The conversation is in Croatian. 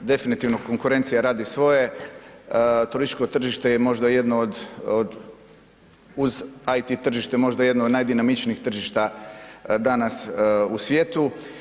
Definitivno, konkurencija radi svoje, turističko tržište je možda jedno uz IT tržište jedno od najdinamičnijih tržišta danas u svijetu.